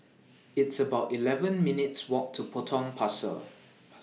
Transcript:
It's about eleven minutes' Walk to Potong Pasir Pasir